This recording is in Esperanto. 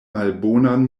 malbonan